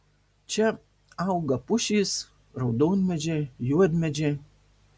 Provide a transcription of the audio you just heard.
čia auga pušys raudonmedžiai juodmedžiai